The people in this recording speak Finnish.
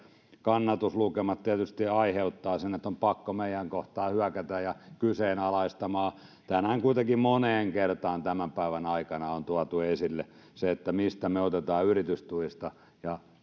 kannatuslukemat tietysti aiheuttavat sen että on pakko meitä kohtaan hyökätä ja kyseenalaistaa kuitenkin moneen kertaan tämän päivän aikana on tuotu esille se mistä yritystuista me otamme ja